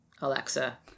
Alexa